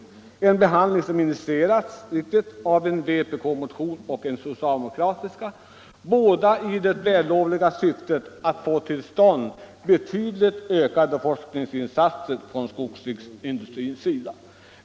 Utskottsbehandlingen har initierats av en vpk-motion och en socialdemokratisk motion, båda med det vällovliga syftet att få till stånd betydligt ökade forskningsinsatser från skogsindustrins sida.